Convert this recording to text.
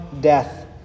death